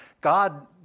God